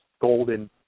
golden